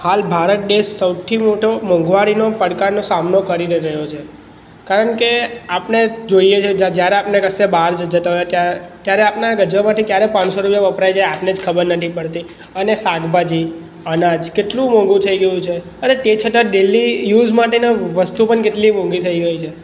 હાલ ભારત દેશ સૌથી મોટો મોંઘવારીનો પડકારનો સામનો કરીને રહ્યો છે કારણ કે આપણે જોઈએ છીએ જ્યારે આપણે કશે બહાર જતા હોય ત્યારે આપણાં ગજવામાંથી ક્યારે પાંચસો રૂપિયા વપરાઈ જાય આપણને જ ખબર નથી પડતી અને શાકભાજી અનાજ કેટલું મોંઘુ થઈ ગયું છે અને તે છતાં ડેલી યુઝ માટેની વસ્તુ પણ કેટલી મોંઘી થઈ ગઈ છે